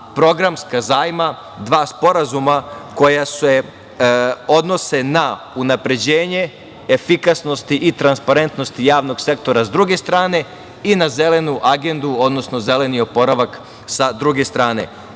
programska zajma, dva sporazuma koja se odnose na unapređenje, efikasnost i transparentnost javnog sektora, s druge strane, i na Zelenu agendu, odnosno zeleni oporavak sa druge